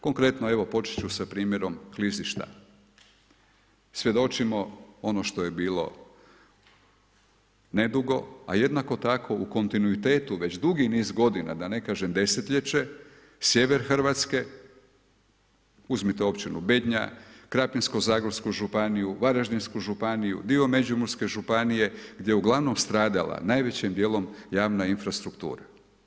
Konkretno, evo početi ću sa primjerom klizišta, svjedočimo ono što je bilo nedugo, a jednako tako u kontinuitetu, već dugi niz godina, da ne kažem desetljeće, sjever Hrvatske, uzmite općinu Bednja, Krapinsko zagorsku županiju, Varaždinsku županiju, dio Međimurske županije, gdje je ugl. stradala, najvećim dijelom javna infrastruktura.